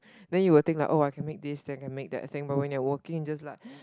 then you will think like oh I can make this then can make that thing but when you're working you're just like